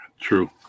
True